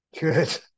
Good